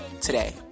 today